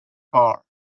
car